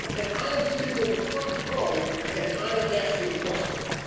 and i am sitting in the front row, and i am asking the questions.